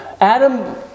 Adam